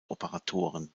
operatoren